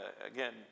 again